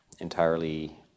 entirely